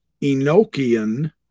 Enochian